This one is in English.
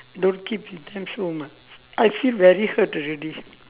don't keep pretend so much I feel very hurt already